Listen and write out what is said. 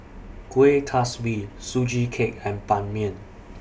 Kueh Kaswi Sugee Cake and Ban Mian